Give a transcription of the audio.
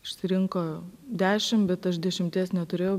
išsirinko dešim bet aš dešimties neturėjau